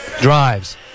Drives